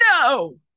no